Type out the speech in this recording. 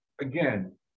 Again